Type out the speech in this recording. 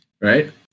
right